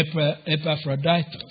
Epaphroditus